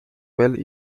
bell